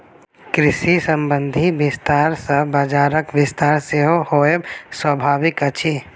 कृषि संबंधी विस्तार भेला सॅ बजारक विस्तार सेहो होयब स्वाभाविक अछि